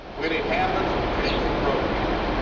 when it happens we change the program up.